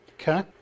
Okay